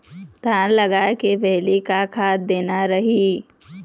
धान लगाय के पहली का खाद देना रही?